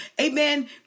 Amen